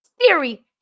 Siri